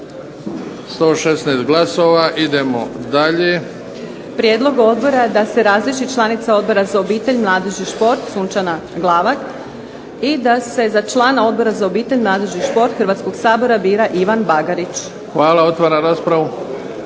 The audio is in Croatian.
116 glasova. Idemo dalje. Prijedlog odbora je da se razriješi članica Odbora za obitelj, mladež i šport Sunčana Glavak i da se za člana Odbora za obitelj, mladež i šport Hrvatskog sabora bira Ivan Bagarić. **Bebić, Luka